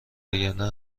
وگرنه